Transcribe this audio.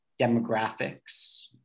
demographics